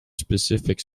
specific